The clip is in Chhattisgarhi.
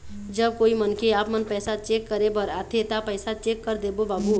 जब कोई मनखे आपमन पैसा चेक करे बर आथे ता पैसा चेक कर देबो बाबू?